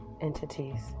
entities